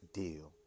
deal